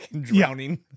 drowning